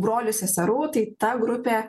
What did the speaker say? brolių seserų tai ta grupė